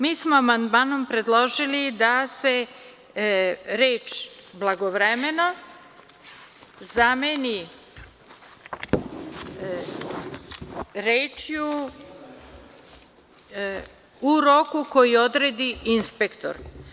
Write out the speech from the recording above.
Mi smo amandmanom predložili da se reč: „blagovremeno“, zameni rečju: „u roku koji odredi inspektor“